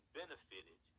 benefited